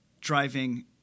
driving